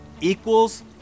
equals